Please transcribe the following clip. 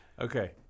Okay